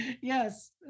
Yes